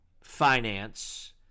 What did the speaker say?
finance